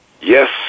Yes